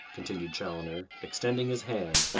continued chaloner, extending his hand,